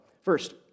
First